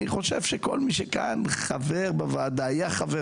אני חושב שכל מי שחבר בוועדה או היה חבר